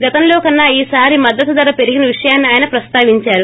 గతంలో కన్నా ఈ సారి మద్దతు ధర పెరిగిన విషయాన్ని ఆయన ప్రస్తావిందారు